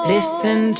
Listen